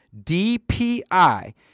DPI